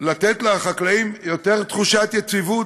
לתת לחקלאים יותר תחושת יציבות.